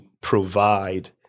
provide